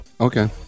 Okay